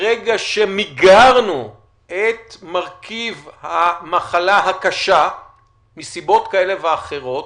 ברגע שמיגרנו את מרכיב המחלה הקשה מסיבות כאלה ואחרות,